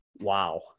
Wow